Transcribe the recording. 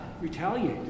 retaliate